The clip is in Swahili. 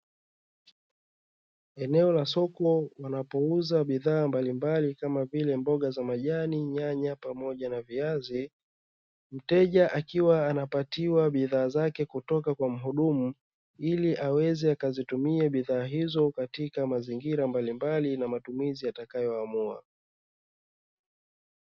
Eneo la soko wanapouza bidhaa mbalimbali kama vile mboga za majani, nyanya pamoja na viazi , mteja akiwa anapatiwa bidhaa zake kutoka kwa mhudumu ili aweze akazitimie bidhaa hizo katika mazingira mbalimbali na matumizi atakayoamua.